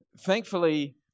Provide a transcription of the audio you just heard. thankfully